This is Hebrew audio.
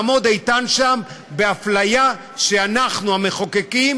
לעמוד איתן שם באפליה שאנחנו המחוקקים